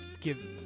give